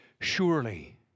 surely